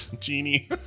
genie